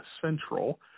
Central